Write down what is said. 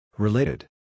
Related